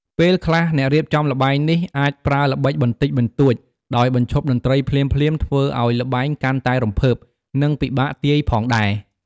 ពេលខ្លះ អ្នករៀបចំល្បែងនេះអាចប្រើល្បិចបន្តិចបន្តួច ដោយបញ្ឈប់តន្ត្រីភ្លាមៗធ្វើឱ្យល្បែងកាន់តែរំភើប និងពិបាកទាយផងដែរ។